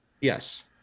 Yes